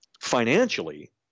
financially